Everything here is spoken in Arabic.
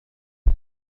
هذا